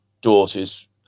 daughter's